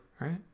Right